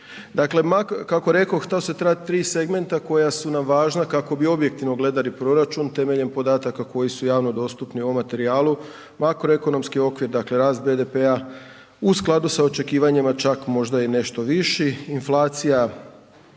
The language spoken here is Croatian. Dakle, kako rekoh to su ta tri segmenta koja su nam važna kako bi objektivno gledali proračun temeljem podataka koji su javno dostupni u ovom materijalu. Makroekonomski okvir, rast BDP-a u skladu sa očekivanjima čak možda i nešto viši, inflacija